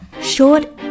short